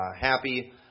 happy